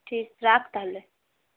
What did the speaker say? ঠিক রাখ তাহলে